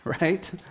right